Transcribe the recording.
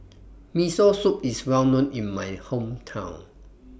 Miso Soup IS Well known in My Hometown